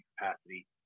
capacity